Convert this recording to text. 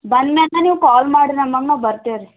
ಬಂದ ಮೇಲೆ ನೀವು ಕಾಲ್ ಮಾಡ್ರಿ ನಮ್ಮಅಮ್ಮ ಬರ್ತೀವಿ ರೀ